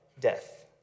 death